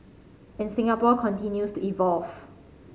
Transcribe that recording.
and Singapore continues to evolve